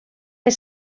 fer